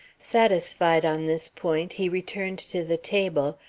satisfied on this point, he returned to the table,